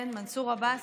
כן, מנסור עבאס